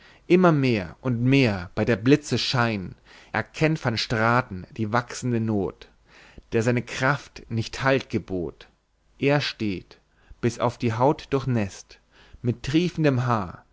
immer mehr und mehr bei der blitze schein erkennt van straten die wachsende noth der seine kraft nicht halt gebot er steht bis auf die haut durchnäßt mit triefendem haar